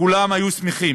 כולם היו שמחים